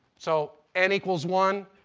so n equals one,